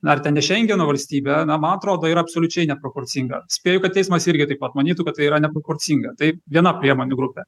na ar ten į šengeno valstybę na man atrodo yra absoliučiai neproporcinga spėju kad teismas irgi taip pat manytų kad tai yra neproporcinga tai viena priemonių grupė